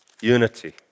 unity